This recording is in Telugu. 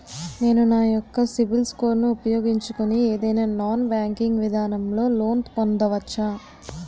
నేను నా యెక్క సిబిల్ స్కోర్ ను ఉపయోగించుకుని ఏదైనా నాన్ బ్యాంకింగ్ విధానం లొ లోన్ పొందవచ్చా?